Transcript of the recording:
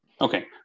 Okay